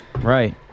Right